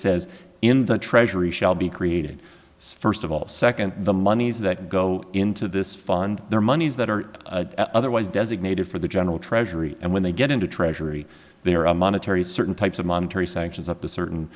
says in the treasury shall be created first of all second the monies that go into this fund their monies that are otherwise designated for the general treasury and when they get into treasury they are a monetary certain types of monetary sanctions up a certain